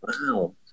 Wow